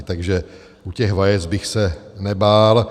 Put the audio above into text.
Takže u těch vajec bych se nebál.